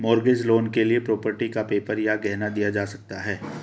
mortgage loan के लिए property का पेपर या गहना दिया जा सकता है